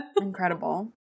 Incredible